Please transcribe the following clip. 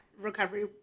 recovery